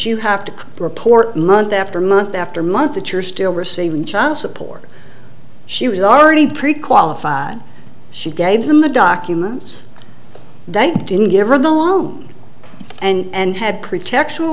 you have to report month after month after month that you're still receiving child support she was already pre qualified she gave them the documents that didn't give her the loan and had protection